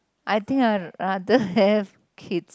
I think I'll I don't have kids